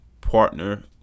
partner